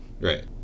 right